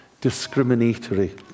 discriminatory